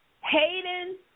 Hayden